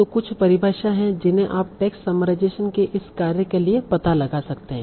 तो कुछ परिभाषाएँ हैं जिन्हें आप टेक्स्ट समराइजेशेन के इस कार्य के लिए पता लगा सकते हैं